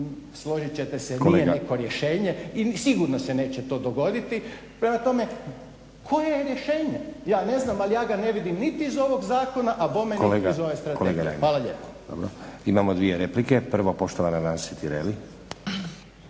složit ćete se nije neko rješenje i sigurno se neće to dogoditi. Prema tome, koje je rješenja. Ja ne znam, ali ja ga ne vidim niti iz ovog zakona, a bome niti iz ove strategije. Hvala lijepo. **Stazić, Nenad (SDP)** Dobro. Imamo dvije replike. Prvo poštovana Nansi Tireli.